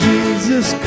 Jesus